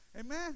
amen